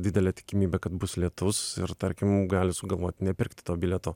didelė tikimybė kad bus lietus ir tarkim gali sugalvot nepirkti to bilieto